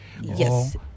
Yes